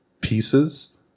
pieces